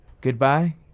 Goodbye